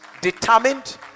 determined